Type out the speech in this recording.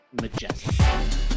majestic